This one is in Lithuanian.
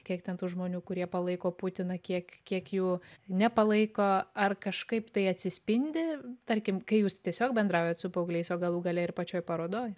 kiek ten tų žmonių kurie palaiko putiną kiek kiek jų nepalaiko ar kažkaip tai atsispindi tarkim kai jūs tiesiog bendraujat su paaugliais o galų gale ir pačioj parodoj